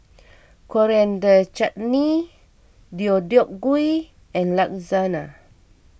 Coriander Chutney Deodeok Gui and Lasagna